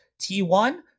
T1